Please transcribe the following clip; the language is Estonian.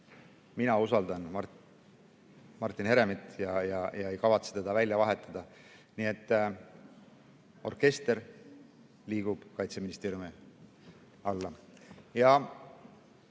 Mina usaldan Martin Heremit ega kavatse teda välja vahetada. Nii et orkester liigub Kaitseministeeriumi alla.